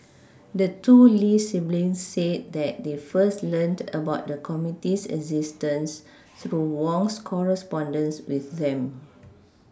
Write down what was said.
the two Lee siblings said that they first learned about the committee's existence through Wong's correspondence with them